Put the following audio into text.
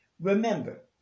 Remember